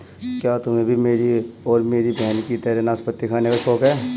क्या तुम्हे भी मेरी और मेरी बहन की तरह नाशपाती खाने का शौक है?